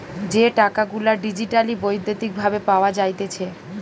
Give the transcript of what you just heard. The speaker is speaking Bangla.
যে টাকা গুলা ডিজিটালি বৈদ্যুতিক ভাবে পাওয়া যাইতেছে